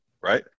right